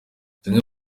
zimwe